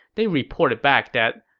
they reported back that,